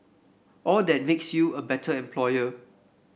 all that makes you a better employer